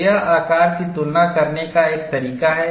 तो यह आकार की तुलना करने का एक तरीका है